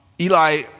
Eli